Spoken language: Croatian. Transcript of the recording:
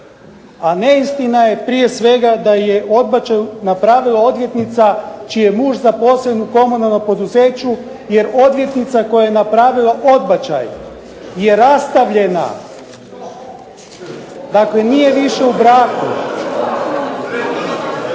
a neistina je prije svega da je odbačaj napravila odvjetnika čiji je muž zaposlen u komunalnom poduzeću, jer odvjetnica koja je napravila odbačaj je rastavljena, dakle nije više u braku.